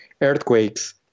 earthquakes